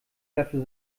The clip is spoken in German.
dafür